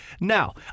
Now